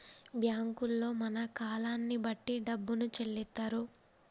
బ్యాంకుల్లో మన కాలాన్ని బట్టి డబ్బును చెల్లిత్తరు